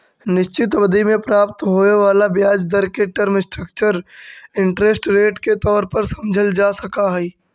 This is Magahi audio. निश्चित अवधि में प्राप्त होवे वाला ब्याज दर के टर्म स्ट्रक्चर इंटरेस्ट रेट के तौर पर समझल जा सकऽ हई